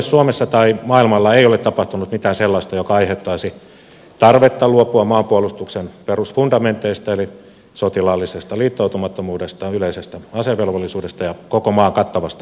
suomessa tai maailmalla ei ole tapahtunut mitään sellaista joka aiheuttaisi tarvetta luopua maanpuolustuksen perusfundamenteista eli sotilaallisesta liittoutumattomuudesta yleisestä asevelvollisuudesta ja koko maan kattavasta puolustuksesta